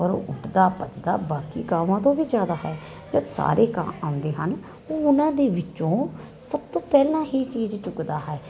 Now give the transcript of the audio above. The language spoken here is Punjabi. ਪਰ ਉੱਠਦਾ ਭੱਜਦਾ ਬਾਕੀ ਕਾਵਾਂ ਤੋਂ ਵੀ ਜਿਆਦਾ ਹੈ ਜਦ ਸਾਰੇ ਕੰਮ ਆਉਂਦੇ ਹਨ ਉਹ ਉਹਨਾਂ ਦੇ ਵਿੱਚੋਂ ਸਭ ਤੋਂ ਪਹਿਲਾਂ ਹੀ ਚੀਜ਼ ਚੁੱਕਦਾ ਹੈ